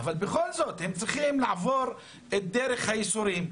אבל בכל זאת הם צריכים לעבור דרך ייסורים,